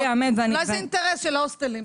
אולי זה אינטרס של הוסטלים.